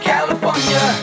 California